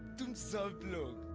didn't so know